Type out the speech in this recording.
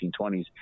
1920s